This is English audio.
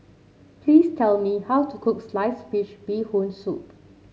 please tell me how to cook Sliced Fish Bee Hoon Soup